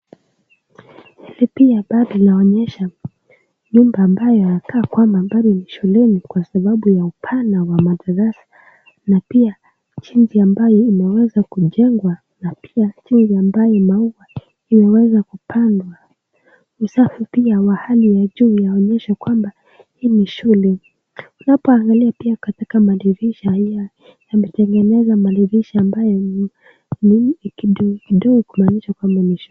Hili pia bado linaonyesha nyumba ambayo inaweza ikawa kama bado ni shuleni kwa sababu ya upana wa madarasa na pia jinsi ambayo imeweza kujengwa na pia jinsi ambavyo maua imeweza kupandwa. Usafi pia wa hali ya juu inaonyesha kwamba hii ni shule. Unapoangalia pia katika madirisha yame yamejengwa madirisha ambayo ni kidogo kidogo kumaanisha kwamba ni shule.